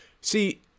See